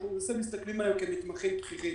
אנחנו מסתכלים עליהם כעל מתמחים בכירים.